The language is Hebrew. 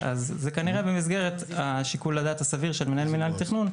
אז זה כנראה במסגרת שיקול הדעת הסביר של מנהל מינהל התכנון.